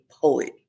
poet